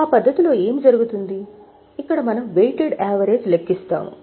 ఆ పద్ధతిలో ఏమి జరుగుతుంది ఇక్కడ మనం వెయిటెడ్ యావరేజ్ లెక్కిస్తాము